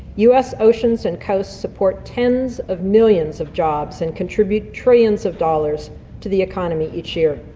us oceans and coasts support tens of millions of jobs and contribute trillions of dollars to the economy each year.